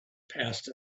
passed